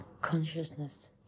consciousness